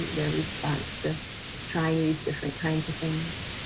their response to trying these different kinds of things.